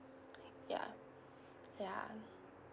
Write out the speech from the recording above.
ya ya